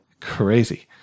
Crazy